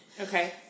Okay